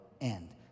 end